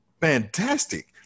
fantastic